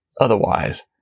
Otherwise